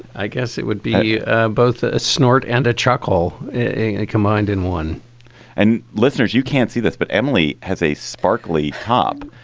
i guess it would be ah both a snort and a chuckle. it combined in one and listeners, you can't see this, but emily has a sparkly top.